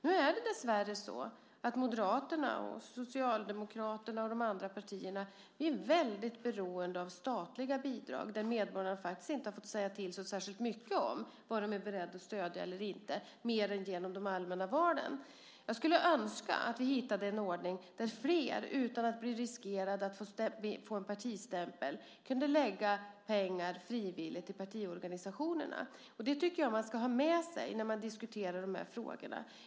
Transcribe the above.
Nu är det dessvärre så att Moderaterna, Socialdemokraterna och de andra partierna är väldigt beroende av statliga bidrag där medborgarna inte har haft så särskilt mycket att säga till om när det gäller vad de är beredda att stödja eller inte mer än genom de allmänna valen. Jag skulle önska att vi hittade en ordning där flera, utan att riskera att få en partistämpel, kunde lägga pengar frivilligt till partiorganisationerna. Det tycker jag att man ska ha med sig när man diskuterar de här frågorna.